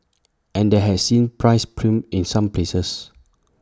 and that has seen prices plummet in some places